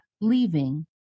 leaving